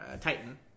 Titan